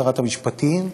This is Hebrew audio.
שרת המשפטים.